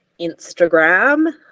instagram